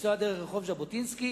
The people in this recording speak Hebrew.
לנסוע דרך רחוב ז'בוטינסקי,